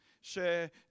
Share